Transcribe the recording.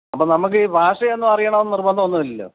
അപ്പോള് നമുക്ക് ഈ ഭാഷയൊന്നും അറിയണമെന്ന് നിർബന്ധമൊന്നുമില്ലല്ലോ